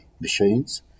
machines